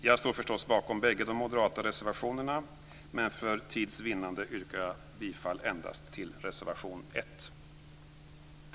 Jag står förstås bakom bägge de moderata reservationerna, men för tids vinnande yrkar jag bifall endast till reservation 1.